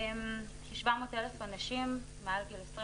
700,000 אנשים מעל גיל 20,